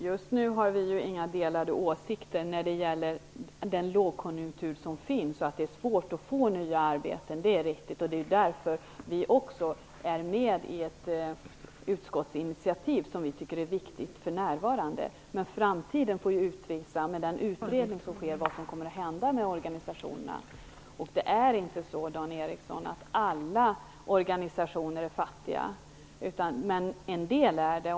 Fru talman! Vi har inte delade åsikter när det gäller den nuvarande lågkonjunkturen och svårigheterna att få nya arbeten. Det är riktigt. Det är därför vi för närvarande också är med på ett utskottsinitiativ. Men framtiden får, genom den utredning som pågår, utvisa vad som kommer att hända med organisationerna. Alla organisationer är inte fattiga, Dan Ericsson. En del är det.